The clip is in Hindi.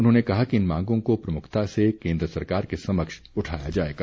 उन्होंने कहा कि इन मांगों को प्रमुखता से केन्द्र सरकार के समक्ष उठाया जाएगा